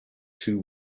two